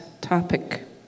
topic